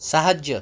ସାହାଯ୍ୟ